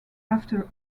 after